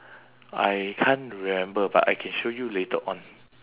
I can't remember but I can show you later on